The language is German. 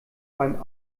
beim